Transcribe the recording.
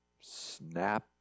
Snap